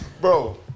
bro